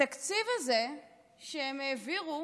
התקציב הזה שהם העבירו